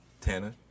Tana